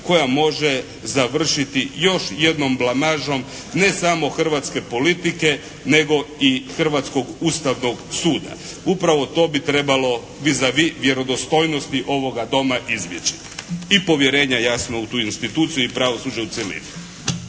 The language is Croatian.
koja može završiti još jednom blamažom ne samo hrvatske politike nego i hrvatskog Ustavnog suda. Upravo to bi trebalo vis a vis vjerodostojnosti ovoga Doma izbjeći. I povjerenja jasno u tu instituciju i pravosuđa u cjelini.